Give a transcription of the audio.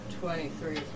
twenty-three